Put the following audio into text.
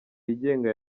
yigenga